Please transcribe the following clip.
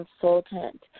consultant